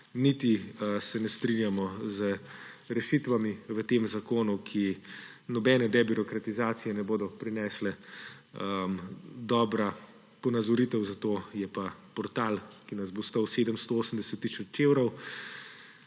niti se ne strinjamo z rešitvami v tem zakonu, ki nobene debirokratizacije ne bodo prinesle. Dobra ponazoritev za to je pa portal, ki nas bo stal 780 tisoč evrov.